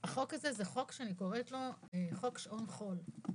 החוק הזה זה חוק שאני קוראת לו חוק שעון חול.